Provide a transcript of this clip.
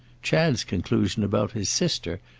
chad's conclusion about his sister,